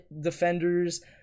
defenders